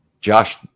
Josh